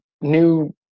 new